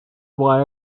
why